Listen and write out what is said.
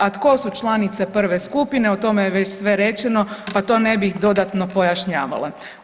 A tko su članice prve skupine o tome je već sve rečeno, pa to ne bih dodatno pojašnjavala.